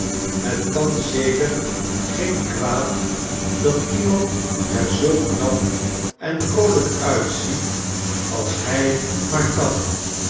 het kan zeker geen kwaad dat iemand er zoo knap en vroolijk uitziet als hij maar kan